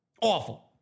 Awful